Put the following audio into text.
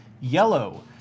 Yellow